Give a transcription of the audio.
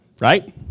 Right